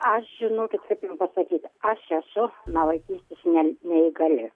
aš žinokit kaip jum pasakyti aš esu nuo vaikystės ne neįgali